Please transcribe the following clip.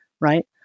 Right